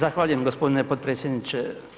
Zahvaljujem gospodine potpredsjedniče.